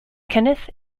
kenneth